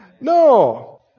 No